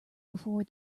before